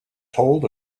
told